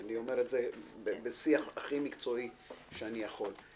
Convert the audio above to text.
אני אומר את זה בשיח הכי מקצועי שאני יכול.